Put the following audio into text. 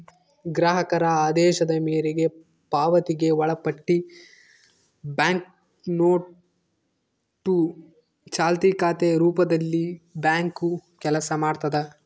ಗ್ರಾಹಕರ ಆದೇಶದ ಮೇರೆಗೆ ಪಾವತಿಗೆ ಒಳಪಟ್ಟಿ ಬ್ಯಾಂಕ್ನೋಟು ಚಾಲ್ತಿ ಖಾತೆ ರೂಪದಲ್ಲಿಬ್ಯಾಂಕು ಕೆಲಸ ಮಾಡ್ತದ